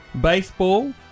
baseball